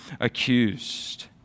accused